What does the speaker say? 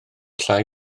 llai